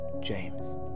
James